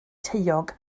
taeog